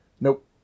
Nope